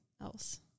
else